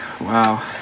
wow